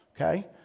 Okay